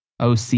OC